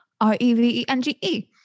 R-E-V-E-N-G-E